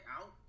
out